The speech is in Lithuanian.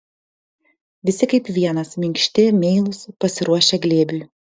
visi kaip vienas minkšti meilūs pasiruošę glėbiui